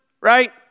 right